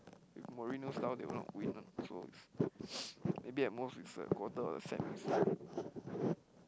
if Mourinho style they will not win one so it's maybe at most is quarter of a set